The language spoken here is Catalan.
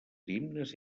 himnes